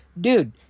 dude